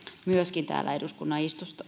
myöskin täällä eduskunnan